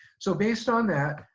so based on that,